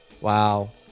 Wow